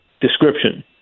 description